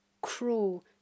cruel